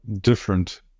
different